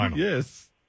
Yes